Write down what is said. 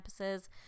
campuses